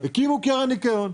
הקימו קרן ניקיון.